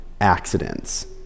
accidents